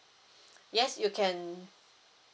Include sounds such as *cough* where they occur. *breath* yes you can